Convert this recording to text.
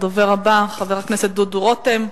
הדובר הבא הוא חבר הכנסת דודו רותם,